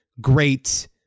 great